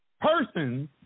Persons